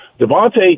Devontae